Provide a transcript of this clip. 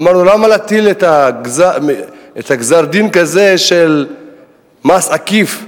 אמרנו, למה להטיל גזר-דין כזה של מס עקיף,